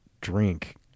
drink